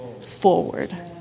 forward